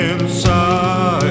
Inside